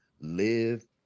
live